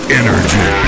energy